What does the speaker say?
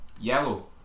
Yellow